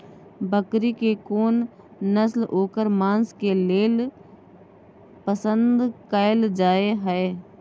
बकरी के कोन नस्ल ओकर मांस के लेल पसंद कैल जाय हय?